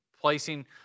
placing